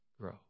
grow